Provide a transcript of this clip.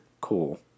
Cool